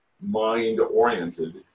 mind-oriented